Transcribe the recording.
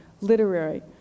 literary